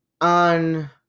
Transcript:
On